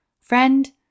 Friend